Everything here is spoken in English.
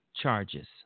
Charges